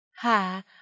Hi